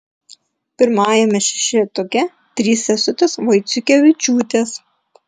pirmajame šešetuke trys sesutės vaiciukevičiūtės